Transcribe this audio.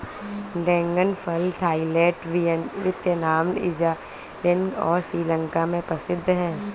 dragon फल Thailand, Vietnam, Israel और श्रीलंका में प्रसिद्ध है